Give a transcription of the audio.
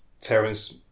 Terence